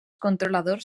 controladors